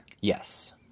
yes